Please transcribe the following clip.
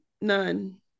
None